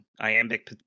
iambic